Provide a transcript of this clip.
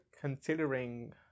considering